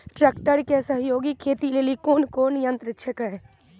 Tractor के सहयोगी खेती लेली कोन कोन यंत्र छेकै?